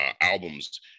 albums